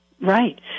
Right